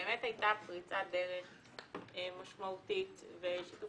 באמת הייתה פריצת דרך משמעותית ושיתוף